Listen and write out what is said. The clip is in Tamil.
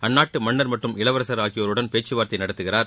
அந்நாட்டு மன்னர் மற்றும் இளவரசர் ஆகியோருடன் பேச்சுவார்த்தை நடத்துகிறார்